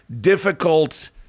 difficult